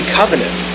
covenant